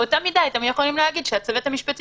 באותה מידה אתם יכולים להגיד שהצוות המשפטי